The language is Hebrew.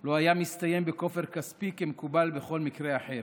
לו היה מסתיים בכופר כספי כמקובל בכל מקרה אחר,